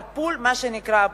מה שנקרא "הפול".